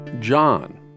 John